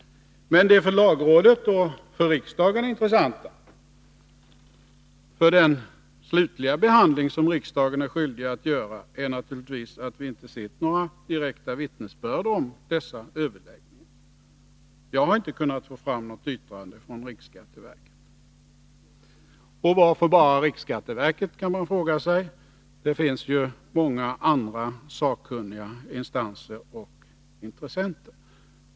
Men det för lagrådet och riksdagen intressanta — för den slutliga behandling som riksdagen är skyldig att göra — är naturligtvis att vi inte sett några direkta vittnesbörd om dessa överläggningar. Jag har inte kunnat få fram något yttrande från riksskatteverket. Och varför bara från riksskatteverket? kan man fråga sig. Det finns ju många andra sakkunniga instanser och intressenter.